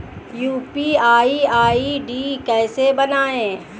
UPI ID कैसे बनाएं?